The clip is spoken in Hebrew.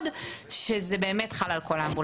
כדי שיהיה ברור מאוד מאוד שזה באמת חל על כל האמבולנסים.